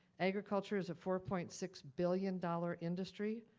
agriculture is a four point six billion dollars industry,